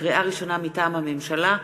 לקריאה ראשונה, מטעם הממשלה: